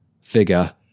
figure